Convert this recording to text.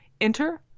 Enter